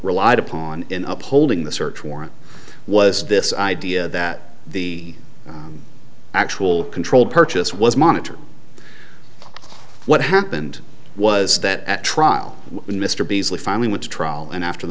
relied upon in upholding the search warrant was this idea that the actual controlled purchase was monitored what happened was that at trial when mr beazley finally went to trial and after the